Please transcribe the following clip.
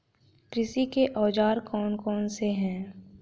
कृषि के औजार कौन कौन से हैं?